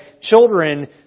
children